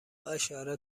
اشاره